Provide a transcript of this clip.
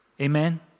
amen